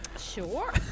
Sure